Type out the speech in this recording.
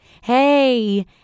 Hey